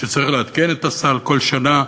שצריך לעדכן את הסל כל שנה,